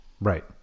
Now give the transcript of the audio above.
Right